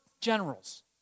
generals